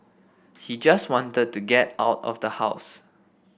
he just wanted to get out of the house